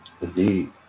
Indeed